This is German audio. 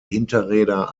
hinterräder